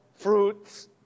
fruits